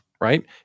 right